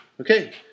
Okay